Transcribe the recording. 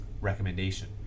recommendation